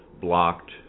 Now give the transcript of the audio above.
blocked